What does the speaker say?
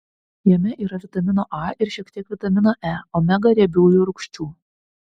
jame yra vitamino a ir šiek tiek vitamino e omega riebiųjų rūgščių